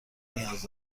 نیاز